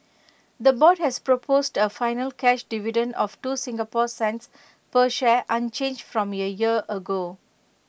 the board has proposed A final cash dividend of two Singapore cents per share unchanged from A year ago